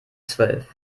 zwölf